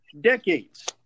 decades